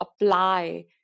apply